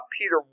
Peter